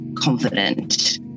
confident